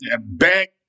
back